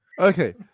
okay